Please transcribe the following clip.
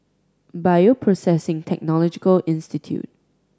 Bioprocessing Technology Institute